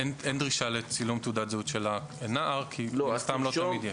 אין דרישה לצילום תעודה של הנער כי לא תמיד יש.